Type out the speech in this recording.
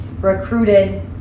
recruited